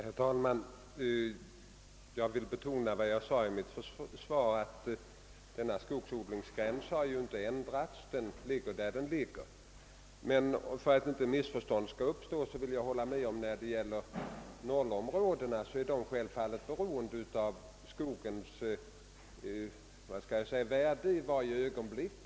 Herr talman! Jag vill betona vad jag sade i mitt svar, att dessa skogsodlingsgränser ju inte har ändrats, utan att de ligger där de har legat. För att inte något missförstånd skall uppstå vill jag hålla med om att 0-områdena självfallet är beroende av skogens värde i varje ögonblick.